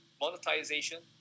monetization